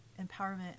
empowerment